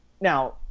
now